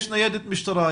יש ניידת משטרה,